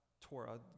Torah